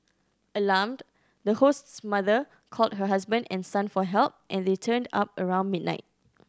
alarmed the host's mother called her husband and son for help and they turned up around midnight